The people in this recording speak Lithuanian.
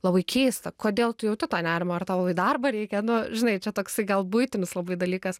labai keista kodėl tu jauti tą nerimą ar tau į darbą reikia nu žinai čia toksai gal buitinis labai dalykas